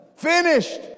finished